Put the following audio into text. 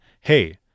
hey